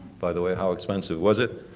by the way, how expensive was it?